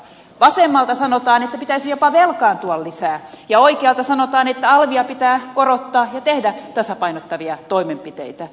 vasemmalta sanotaan että pitäisi jopa velkaantua lisää ja oikealta sanotaan että alvia pitää korottaa ja tehdä tasapainottavia toimenpiteitä